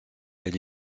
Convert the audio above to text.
elle